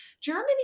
Germany